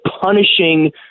punishing